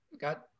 got